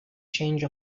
change